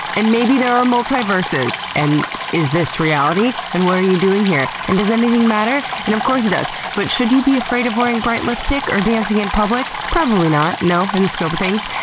and maybe there are multiverses. and is this reality? and what are you doing here? and does anything matter? and of course it does. but should you be afraid of wearing bright lipstick or dancing in public? probably not, no, in the scope of things.